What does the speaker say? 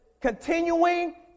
continuing